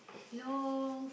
long